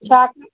छा